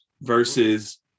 versus